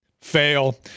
fail